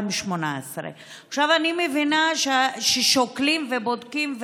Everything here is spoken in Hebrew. אני מבינה ששוקלים ובודקים,